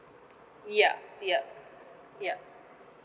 yup yup yup